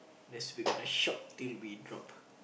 that's we gonna shop till we drop